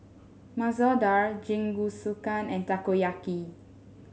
Masoor Dal Jingisukan and Takoyaki